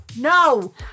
no